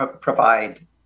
provide